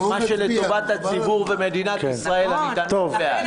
מה שלטובת הציבור ומדינת ישראל, אני תמיד בעד.